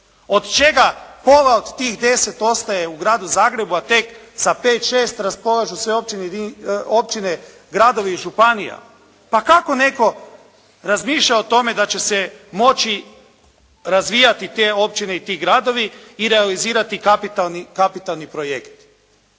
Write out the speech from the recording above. od čega pola od deset ostaje u Gradu Zagrebu, a tak sa pet, šest raspolažu sve općine, gradovi i županija. Pa kako netko razmišlja o tome da će se moći razvijati te općine i ti gradovi i realizirati kapitalni projekt.